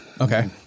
okay